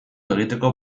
egiteko